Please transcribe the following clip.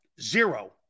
Zero